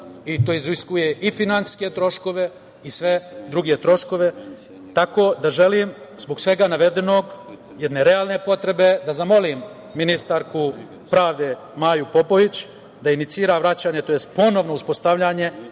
i to iziskuje i finansijske troškove i sve druge troškove. Tako da želim zbog svega navedenog, jedne realne potrebe, da zamolim ministarku pravde, Maju Popović, da inicira vraćanje, tj. ponovno uspostavljanje